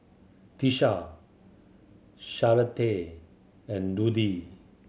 Tisha Charlottie and Ludie